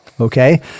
okay